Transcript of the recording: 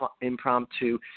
impromptu